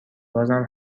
بازم